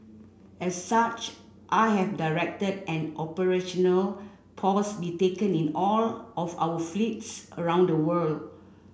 as such I have directed an operational pause be taken in all of our fleets around the world